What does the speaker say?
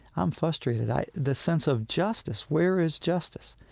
i'm frustrated i the sense of justice, where is justice.